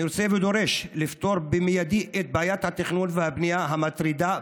אני רוצה ודורש לפתור במיידי את בעיית התכנון והבנייה המטרידה,